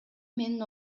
менин